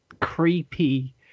creepy